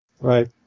Right